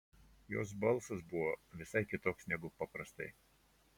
jos balsas buvo visai kitoks negu paprastai